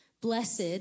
Blessed